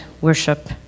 worship